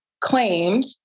claimed